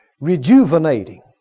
Rejuvenating